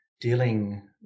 dealing